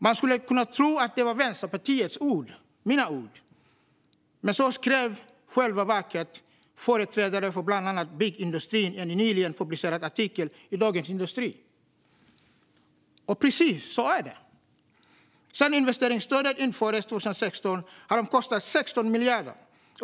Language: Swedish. Man skulle kunna tro att det är Vänsterpartiets ord, mina ord. Men så skrev i själva verket företrädare för bland annat byggindustrin i en nyligen publicerad artikel i Dagens industri. Och precis så är det. Sedan investeringsstöden infördes 2016 har de kostat 16 miljarder.